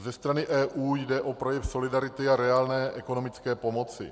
Ze strany EU jde o projev solidarity a reálné ekonomické pomoci.